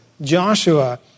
Joshua